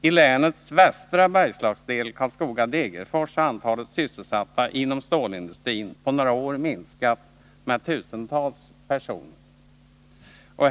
I länets västra Bergslagsdel, Karlskoga-Degerfors, har antalet sysselsatta inom stålindustrin på några år minskat med tusentals personer.